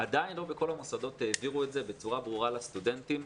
עדיין לא בכל המוסדות הבהירו את זה בצורה ברורה לסטודנטים.